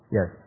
Yes